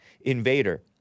invader